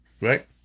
Right